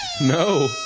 No